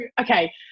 okay